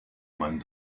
man